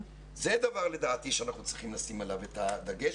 זה דבר לדעתי שאנחנו צריכים לשים עליו את הדגש